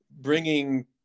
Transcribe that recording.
bringing